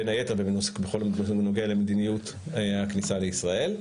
בין היתר בכל הנוגע למדיניות הכניסה לישראל.